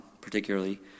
particularly